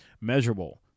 Measurable